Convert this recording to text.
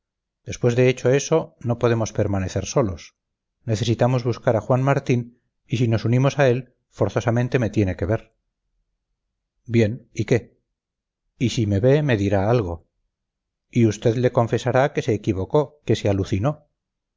después de hecho eso no podemos permanecer solos necesitamos buscar a juan martín y si nos unimos a él forzosamente me tiene que ver bien y qué y si me ve me dirá algo y usted le confesará que se equivocó que se alucinó